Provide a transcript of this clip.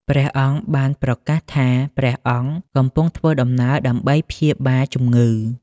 ព្រះអង្គបានប្រកាសថា ព្រះអង្គកំពុងធ្វើដំណើរដើម្បីព្យាបាលជំងឺ។